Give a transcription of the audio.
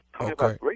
Okay